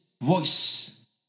voice